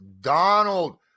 Donald